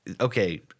Okay